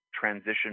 transition